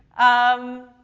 um,